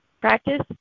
Practice